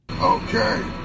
Okay